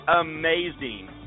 amazing